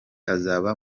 azaba